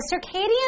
circadian